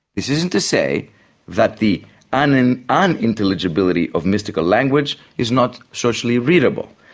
this isn't to say that the and and unintelligibility of mystical language is not socially readable,